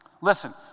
Listen